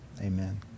amen